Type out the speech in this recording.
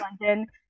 london